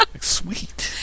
Sweet